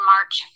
March